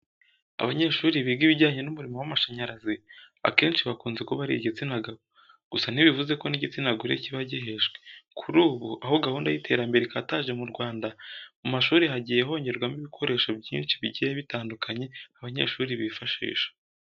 Abanyeshuri biga ibijyanye n'umuriro w'amashanyarazi, akenshi bakunze kuba ari igitsina gabo. Gusa ntibivuze ko n'igitsina gore kiba gihejwe. Kuri ubu, aho gahunda y'iterambere ikataje mu Rwanda, mu mashuri hagiye hongerwamo ibikoresho byinshi bigiye bitandukanye abanyeshuri bifashisha.